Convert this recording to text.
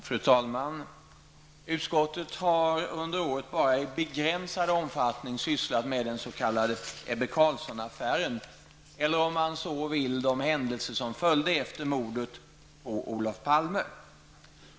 Fru talman! Utskottet har under året bara i begränsad omfattning sysslat med den s.k. Ebbe Carlsson-affären, eller om man så vill de händelser som följde efter mordet på Olof Palme.